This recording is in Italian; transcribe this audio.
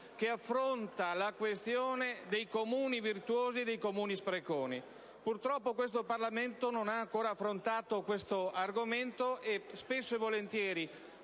che affronta la questione dei Comuni virtuosi e dei Comuni spreconi. Purtroppo, questo Parlamento non ha ancora affrontato tale argomento, e spesso e volentieri